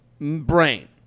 brain